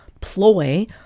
ploy